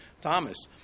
Thomas